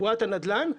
בועת הנדל"ן,